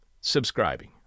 subscribing